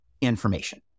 information